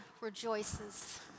rejoices